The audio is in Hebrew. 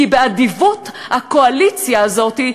כי באדיבות הקואליציה הזאת,